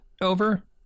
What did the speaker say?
over